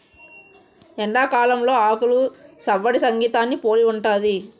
ఎండాకాలంలో ఆకులు సవ్వడి సంగీతాన్ని పోలి ఉంటది